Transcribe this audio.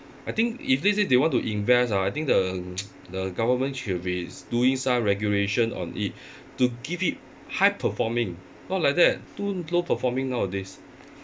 I think if let's say they want to invest ah I think the the government should be doing some regulation on it to give it high performing not like that too low performing nowadays